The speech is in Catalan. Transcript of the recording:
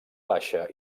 baixa